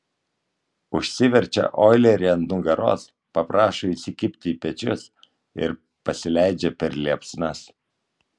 užsiverčia oilerį ant nugaros paprašo įsikibti į pečius ir pasileidžia per liepsnas